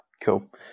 Cool